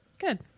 Good